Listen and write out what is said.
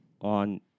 on